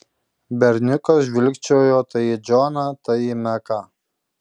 berniukas žvilgčiojo tai į džoną tai į meką